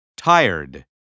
Tired